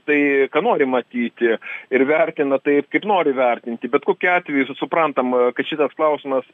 tai ką nori matyti ir vertina taip kaip nori vertinti bet kokiu atveju suprantam kad šitoks klausimas